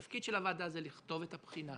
תפקיד הוועדה זה לכתוב את הבחינה.